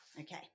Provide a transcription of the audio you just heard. Okay